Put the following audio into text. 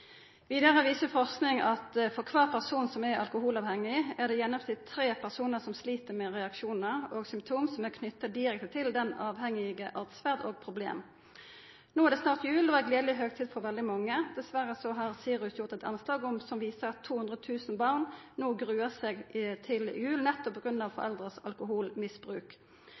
Vidare viser forsking at for kvar person som er alkoholavhengig, er det i gjennomsnitt tre personar som slit med reaksjonar og symptom som er knytte direkte til åtferda og problema til den avhengige. No er det snart jul og ei gledeleg høgtid for veldig mange. SIRUS har gjort eit anslag som dessverre viser at 200 000 barn no gruer seg til jul, nettopp på grunn av foreldres alkoholmisbruk.